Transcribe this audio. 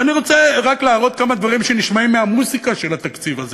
ואני רוצה רק להראות כמה דברים שנשמעים מהמוזיקה של התקציב הזה,